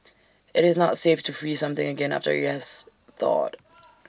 IT is not safe to freeze something again after IT has thawed